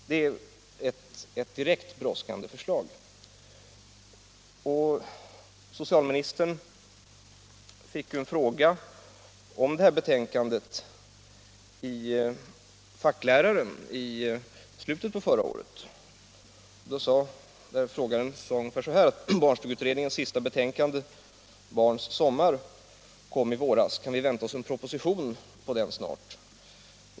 Det är ett direkt brådskande förslag. Socialministern fick en fråga om det aktuella betänkandet i en intervju i Fackläraren i slutet av förra året. Intervjuaren pekade där på att barnstugeutredningens sista betänkande Barns sommar hade kommit under våren och frågade: Kan vi vänta oss en proposition på den snart?